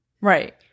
Right